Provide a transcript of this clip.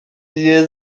nie